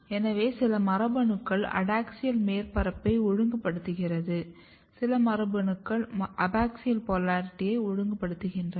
எனவே சில மரபணுக்கள் அடாக்ஸியல் மேற்பரப்பை ஒழுங்குபடுத்துகின்றன சில மரபணுக்கள் அபாக்சியல் போலாரிட்டியை ஒழுங்குபடுத்துகின்றன